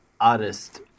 artist